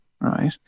right